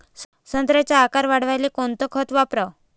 संत्र्याचा आकार वाढवाले कोणतं खत वापराव?